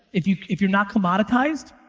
if you're if you're not commoditized,